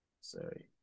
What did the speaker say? sorry